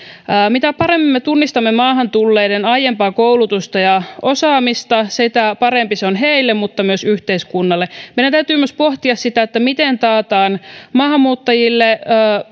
mitä paremmin me tunnistamme maahan tulleiden aiempaa koulutusta ja osaamista sitä parempi se on heille mutta myös yhteiskunnalle meidän täytyy myös pohtia sitä miten taataan maahanmuuttajille